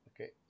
Okay